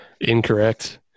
Incorrect